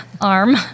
arm